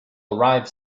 arrive